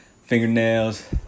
Fingernails